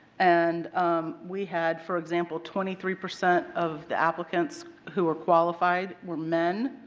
and we had for example, twenty three percent of the applicants who are qualified were men.